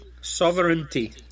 sovereignty